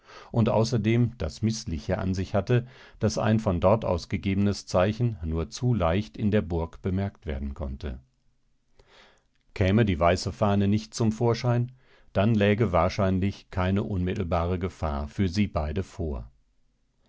und außerdem das mißliche an sich hatte daß ein von dort aus gegebenes zeichen nur zu leicht in der burg bemerkt werden konnte käme die weiße fahne nicht zum vorschein dann läge wahrscheinlich keine unmittelbare gefahr für sie beide vor